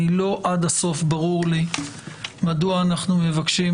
לא עד הסוף ברור לי מדוע אנחנו מבקשים